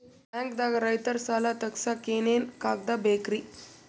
ಬ್ಯಾಂಕ್ದಾಗ ರೈತರ ಸಾಲ ತಗ್ಸಕ್ಕೆ ಏನೇನ್ ಕಾಗ್ದ ಬೇಕ್ರಿ?